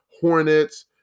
Hornets